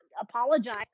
apologize